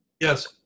yes